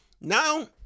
Now